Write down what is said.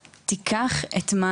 שתיקח את הדברים,